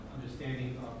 understanding